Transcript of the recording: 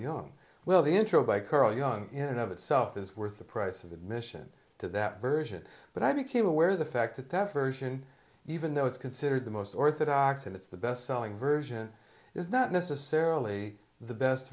young well the intro by carl young in and of itself is worth the price of admission to that version but i became aware the fact that that version even though it's considered the most orthodox and it's the best selling version is not necessarily the best